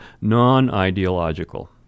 non-ideological